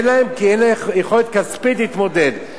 כי אין להם יכולת כספית להתמודד.